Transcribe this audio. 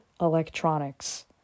electronics